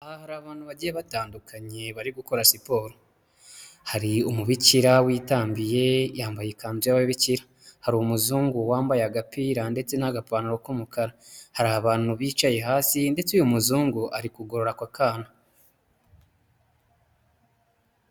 Aha hari abantu bagiye batandukanye bari gukora siporo, hari umubikira witambiye yambaye ikanzu y'ababikira, hari umuzungu wambaye agapira ndetse n'agapantaro k'umukara, hari abantu bicaye hasi ndetse uyu muzungu ari kugorora aka kana.